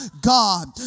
God